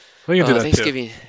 Thanksgiving